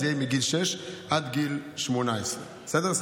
זה יהיה מגיל 6 עד גיל 18. בסדר?